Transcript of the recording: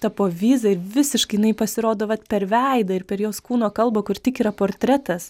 ta povyza ir visiškai jinai pasirodo vat per veidą ir per jos kūno kalbą kur tik yra portretas